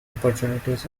opportunities